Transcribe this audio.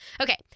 Okay